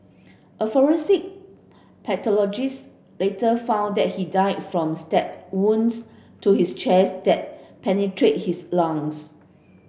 a forensic pathologist later found that he died from stab wounds to his chest that penetrated his lungs